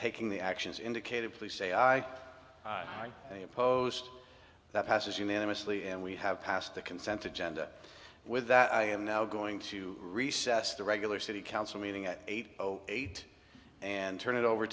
taking the actions indicated please say i am opposed that passes unanimously and we have passed the consent to gender with that i am now going to recess the regular city council meeting at eight o eight and turn it over